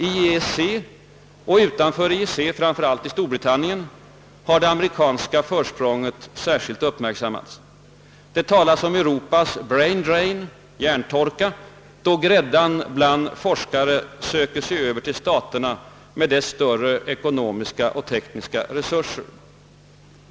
I EEC och utanför EEC, framför allt i Storbritannien, har det amerikanska försprånget särskilt uppmärksammats. Det talas om Europas »brain drain», hjärntorka, då gräddan av forskare söker sig över till Staterna med de större ekonomiska och tekniska resurser som finns där.